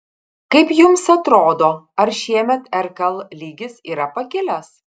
kaip jums atrodo ar šiemet rkl lygis yra pakilęs